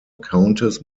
countess